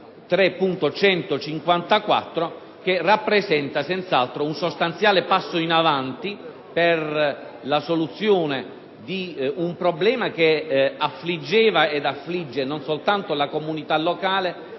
3.154, che rappresenta senz'altro un sostanziale passo in avanti per la soluzione di un problema che affliggeva ed affligge non soltanto la comunità locale,